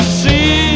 see